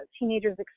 teenagers